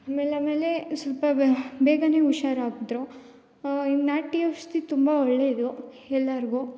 ಆಮೇಲೆ ಆಮೇಲೆ ಸ್ವಲ್ಪ ಬ ಬೇಗನೆ ಹುಷಾರಾದ್ರು ನಾಟಿ ಔಷಧಿ ತುಂಬ ಒಳ್ಳೇದು ಎಲ್ರಿಗೂ